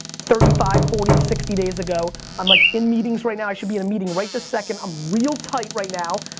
thirty five, forty, sixty days ago. i'm, like, in meetings right now i should be in a meeting right this second. i'm real tight right now.